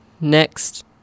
next